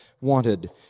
wanted